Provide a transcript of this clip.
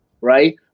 right